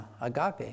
agape